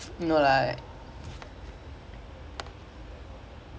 like I was about to ditch lah then the guys got who's the guy err